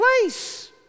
place